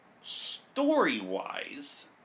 Story-wise